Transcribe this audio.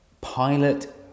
Pilot